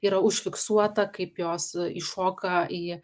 yra užfiksuota kaip jos įšoka į